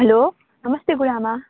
hello नमस्ते गुरुमा